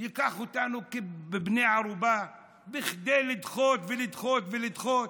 ייקח אותנו כבני ערובה כדי לדחות ולדחות ולדחות?